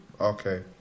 Okay